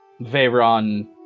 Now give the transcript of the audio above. Veyron